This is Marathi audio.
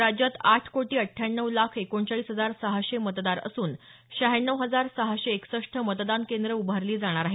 राज्यात आठ कोटी अठ्ठ्याण्णव लाख एकोणचाळीस हजार सहाशे मतदार असून शहाण्णव हजार सहाशे एकसष्ट मतदान केंद्रं उभारली जाणार आहेत